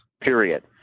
period